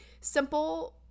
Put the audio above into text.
simple